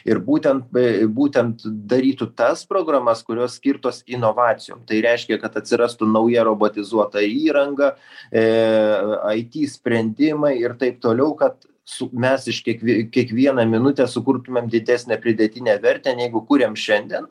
ir būtent b būtent darytų tas programas kurios skirtos inovacijom tai reiškia kad atsirastų nauja robotizuota įranga e ai ti sprendimai ir taip toliau kad su mes iškiekvie kiekvieną minutę sukurtumėm didesnę pridėtinę vertę negu kūrėm šiandien